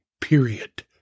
period